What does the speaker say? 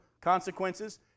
consequences